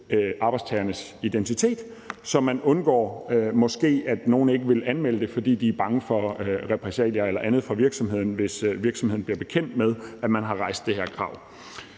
arbejdstagernes identitet, så man undgår, at nogle måske ikke vil anmelde det, fordi de er bange for repressalier eller andet fra virksomheden, hvis virksomheden bliver bekendt med, at man har rejst det her krav.